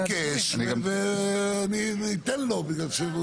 הוא ביקש ואני אתן לו.